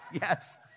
Yes